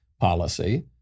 policy